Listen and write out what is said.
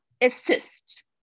ASSIST